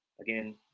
again